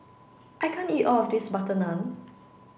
I can't eat all of this butter naan